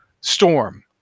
Storm